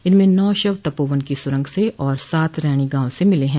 इनमें नौ शव तपोवन की सुरंग से और सात रैणी गांव से मिले हैं